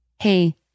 Hey